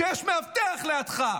כשיש מאבטח לידך.